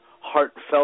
heartfelt